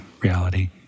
reality